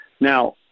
now